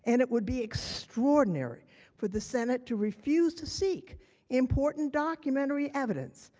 and it would be extraordinary for the senate to refuse to seek important documentary evidence,